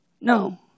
No